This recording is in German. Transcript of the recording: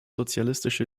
sozialistische